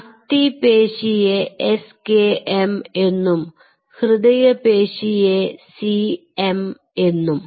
അസ്ഥിപേശിയെ skm എന്നും ഹൃദയപേശിയെ cm എന്നും